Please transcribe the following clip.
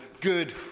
good